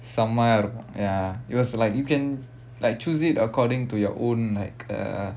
செமயா:semayaa ya it was like you can like choose it according to your own like uh